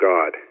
God